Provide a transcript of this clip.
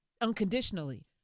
unconditionally